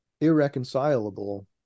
irreconcilable